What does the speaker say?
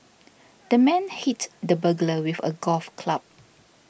the man hit the burglar with a golf club